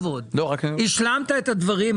השלמת את הדברים.